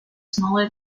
smaller